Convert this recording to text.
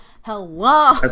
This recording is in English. Hello